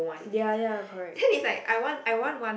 ya ya correct